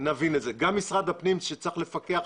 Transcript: גם משרד הפנים שצריך לפקח